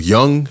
Young